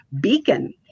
beacon